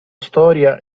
storia